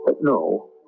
no